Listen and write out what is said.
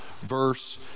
verse